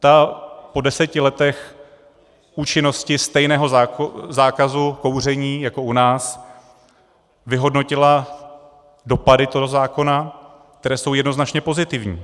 Ta po deseti letech účinnosti stejného zákazu kouření jako u nás vyhodnotila dopady toho zákona, které jsou jednoznačně pozitivní.